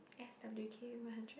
S_W_Q one hundred